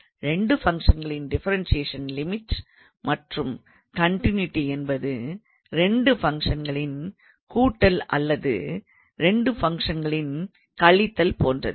2 ஃபங்க்ஷன்களின் differentiation limit மற்றும் continuity என்பது 2 ஃபங்க்ஷன்களின் கூட்டல் அல்லது 2 ஃபங்க்ஷன்களின் கழித்தல் போன்றது